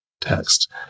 text